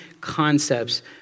concepts